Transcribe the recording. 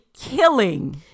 killing